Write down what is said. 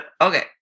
okay